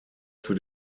für